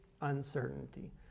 Uncertainty